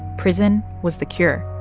prison was the cure.